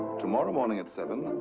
tomorrow morning at seven,